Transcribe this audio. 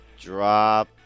Drop